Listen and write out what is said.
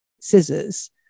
scissors